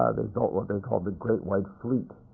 ah they built what they called the great white fleet,